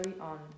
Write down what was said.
on